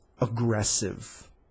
aggressive